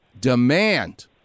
demand